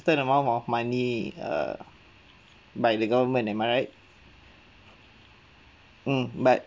~tain amount of money uh by the government am I right mm but